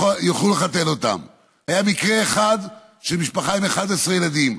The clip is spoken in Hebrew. היה מקרה אחד של משפחה עם 11 ילדים,